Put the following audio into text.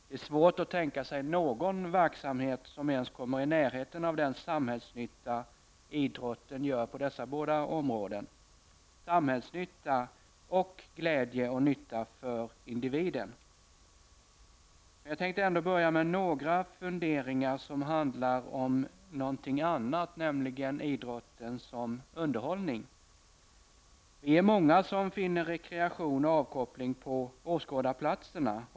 Det är svårt att tänka sig någon verksamhet som ens kommer i närheten av den samhällsnytta idrotten gör på dessa båda områden -- samhällsnytta, och glädje och nytta för individen. Jag tänkte ändock börja med några funderingar som handlar om någonting annat, nämligen idrotten som underhållning. Vi är många som finner rekreation och avkoppling på åskådarplatserna.